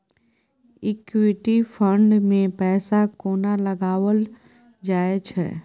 Equity fund मे पैसा कोना लगाओल जाय छै?